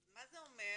אז מה זה אומר?